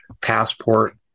passport